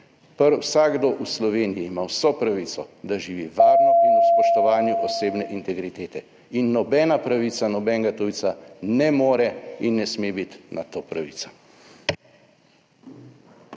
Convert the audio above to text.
vsakdo v Sloveniji ima vso pravico, da živi varno in ob spoštovanju osebne integritete in nobena pravica nobenega tujca ne more in ne sme biti nad to pravica.